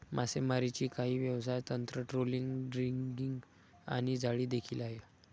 मासेमारीची काही व्यवसाय तंत्र, ट्रोलिंग, ड्रॅगिंग आणि जाळी देखील आहे